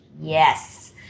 Yes